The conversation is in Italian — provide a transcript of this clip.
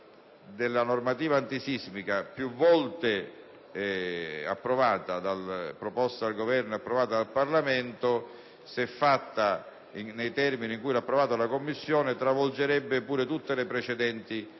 della normativa antisismica, più volte proposta dal Governo e approvata dal Parlamento, se attuata nei termini approvati dalla Commissione travolgerebbe pure tutte le precedenti revoche;